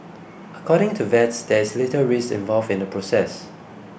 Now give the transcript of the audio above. according to vets there is little risk involved in the process